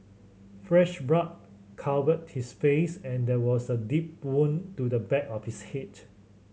fresh blood covered his face and there was a deep wound to the back of his head